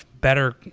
better